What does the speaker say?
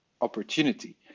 opportunity